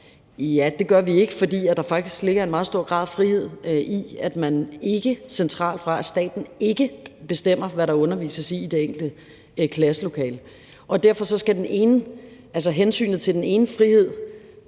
Ja, det gør vi ikke, fordi der faktisk ligger en meget høj grad af frihed i, at man ikke centralt fra staten bestemmer, hvad der skal undervises i i det enkelte klasselokale. Kl. 10:06 Derfor skal hensynet til den ene frihed